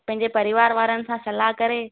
पंहिंजे परिवार वारनि सां सलाहु करे